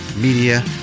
media